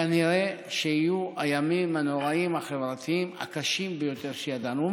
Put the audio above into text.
כנראה שיהיו הימים הנוראים החברתיים הקשים ביותר שידענו.